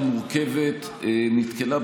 סגן השר החינוך חבר הכנסת פרוש,